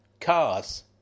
cars